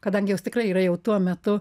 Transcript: kadangi jos tikrai yra jau tuo metu